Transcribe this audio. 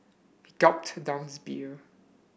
he gulped down his beer